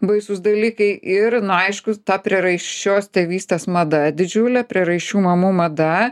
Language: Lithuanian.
baisūs dalykai ir na aišku tą prieraišios tėvystės mada didžiulė prieraišių mamų mada